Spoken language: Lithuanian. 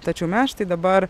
tačiau mes štai dabar